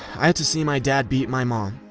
i had to see my dad beat my mom.